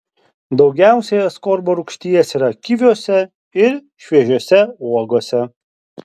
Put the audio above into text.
daugiausiai askorbo rūgšties yra kiviuose ir šviežiose uogose